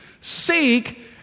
Seek